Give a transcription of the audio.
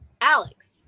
Alex